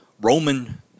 Roman